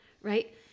right